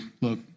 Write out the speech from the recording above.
Look